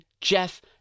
Jeff